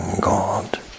God